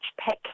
pick